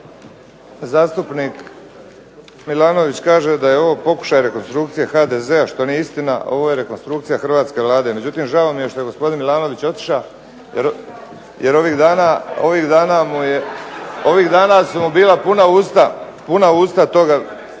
Zastupnik Milanović kaže da je ovo pokušaj rekonstrukcije HDZ-a, što nije istina, ovo je rekonstrukcija hrvatske Vlade, međutim žao mi je što je gospodin Milanović otiša, jer ovih dana su mu bila puna usta toga